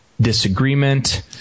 disagreement